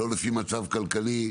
לא לפי מצב כלכלי,